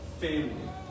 family